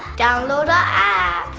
download our app.